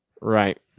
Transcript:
Right